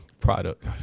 product